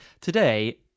Today